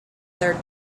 third